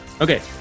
Okay